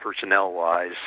personnel-wise